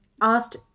asked